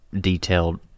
detailed